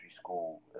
school